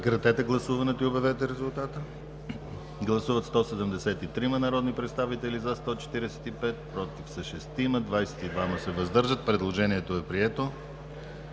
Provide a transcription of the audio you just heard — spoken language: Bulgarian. Предложението е прието.